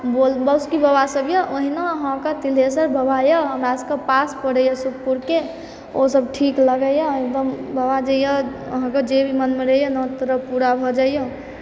बोल वासुकि बबा सब यऽ ओहिना अहाँके तिलहेशर बबा यऽ हमरा सबके पास पड़ैए सुतपुर के ओ सब ठीक लगैए एकदम बाबा जाहिया अहाँके जे भी मनमे रहैए ने ओ तुरत पूरा भए जाइए